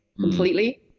completely